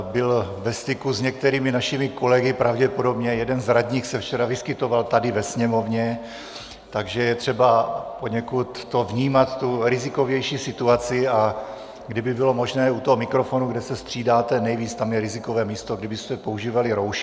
Byl ve styku s některými našimi kolegy, pravděpodobně, jeden z radních se včera vyskytoval tady ve Sněmovně, takže je třeba poněkud vnímat tu rizikovější situaci, a kdyby bylo možné u toho mikrofonu, kde se střídáte nejvíce, tam je rizikové místo, kdybyste používali roušky.